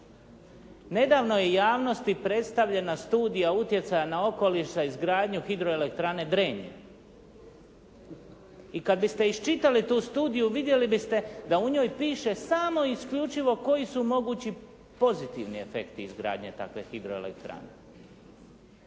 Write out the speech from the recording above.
Nedavno je javnosti predstavljena studija utjecaja na okoliš za izgradnju hidroelektrane Drenj. I kad biste iščitali tu studiju vidjeli biste da u njoj piše samo i isključivo koji su mogući pozitivni efekti izgradnje takve hidroelektrane.